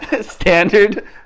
standard